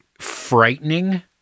frightening